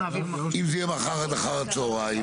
אם זה יהיה מחר עד אחר הצהריים.